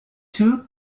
two